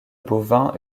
bovins